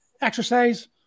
exercise